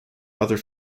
other